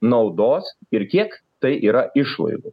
naudos ir kiek tai yra išlaidų